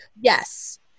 yes